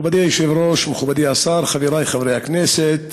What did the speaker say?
מכובדי היושב-ראש, מכובדי השר, חברי חברי הכנסת,